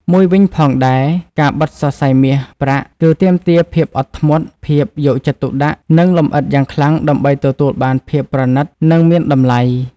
មួយវិញផងដែរ ការបិតសរសៃមាស ប្រាក់ គឺទាមទារភាពអត់ធ្មត ភាពយកចិត្តទុកដាក់ និងលម្អិតយ៉ាងខ្លាំងដើម្បីទទួលបានភាពប្រណិតនិងមានតម្លៃ។